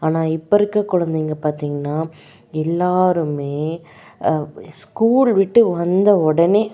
ஆனால் இப்போ இருக்க குலந்தைங்க பார்த்தீங்கன்னா எல்லாருமே ஸ்கூல் விட்டு வந்த உடனே